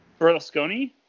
Berlusconi